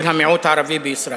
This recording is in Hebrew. של המיעוט הערבי בישראל.